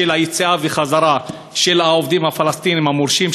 יציאה וחזרה של העובדים הפלסטינים המורשים,